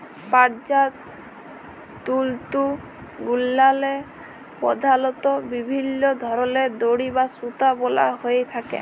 পাটজাত তলতুগুলাল্লে পধালত বিভিল্ল্য ধরলের দড়ি বা সুতা বলা হ্যঁয়ে থ্যাকে